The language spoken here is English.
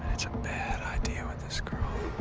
it's a bad idea with this girl.